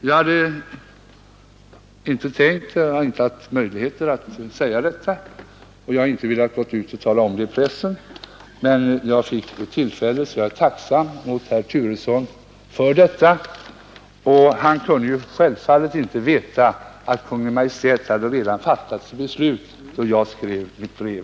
Jag hade inte tänkt och har tidigare inte haft möjligheter att säga vad jag nu sagt, och jag har inte heller velat tala om det i pressen, men jag är tacksam mot herr Turesson för att jag nu har fått detta tillfälle. Herr Turesson kunde självfallet inte veta att Kungl. Maj:t redan hade fattat beslut när jag skrev mitt brev.